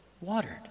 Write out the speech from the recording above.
watered